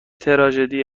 تراژدی